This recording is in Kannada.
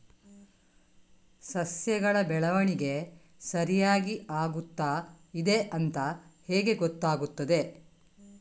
ಸಸ್ಯಗಳ ಬೆಳವಣಿಗೆ ಸರಿಯಾಗಿ ಆಗುತ್ತಾ ಇದೆ ಅಂತ ಹೇಗೆ ಗೊತ್ತಾಗುತ್ತದೆ?